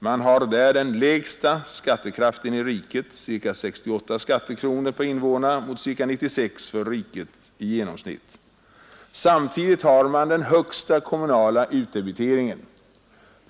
Man har där den lägsta skattekraften i riket — ca 68 skattekronor per invånare mot ca 96 för riket i genomsnitt. Samtidigt har man den högsta kommunala utdebiteringen.